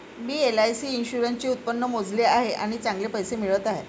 मी LIC इन्शुरन्सचे उत्पन्न मोजले आहे आणि चांगले पैसे मिळत आहेत